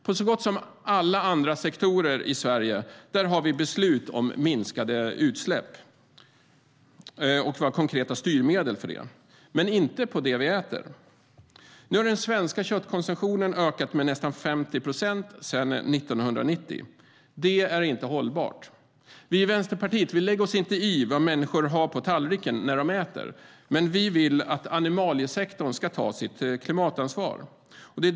I så gott som alla andra sektorer i Sverige har vi beslut om minskade utsläpp, och vi har konkreta styrmedel för det. Dock inte när det gäller det vi äter. Den svenska köttkonsumtionen har ökat med nästan 50 procent sedan 1990. Det är inte hållbart. Vänsterpartiet lägger sig inte i vad människor har på tallriken, men vi vill att animaliesektorn ska ta sitt klimatansvar.